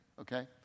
okay